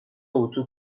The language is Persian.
اتو